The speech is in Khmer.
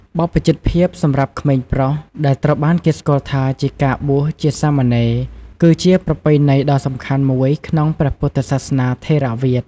បព្វជិតភាពសម្រាប់ក្មេងប្រុស ដែលត្រូវបានគេស្គាល់ថាជាការបួសជាសាមណេរ គឺជាប្រពៃណីដ៏សំខាន់មួយក្នុងព្រះពុទ្ធសាសនាថេរវាទ។